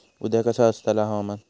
उद्या कसा आसतला हवामान?